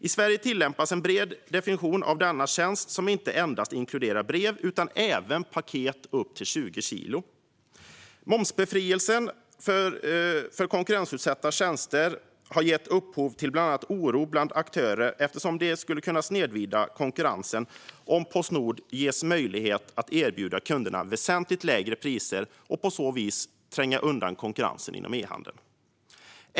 I Sverige tillämpas en bred definition av denna tjänst, som inte endast inkluderar brev utan även paket på upp till 20 kilo. Momsbefrielsen för konkurrensutsatta tjänster har gett upphov till oro bland aktörerna eftersom det skulle kunna snedvrida konkurrensen om Postnord ges möjlighet att erbjuda kunderna väsentligt lägre priser och på så vis tränga undan konkurrensen inom e-handeln.